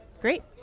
Great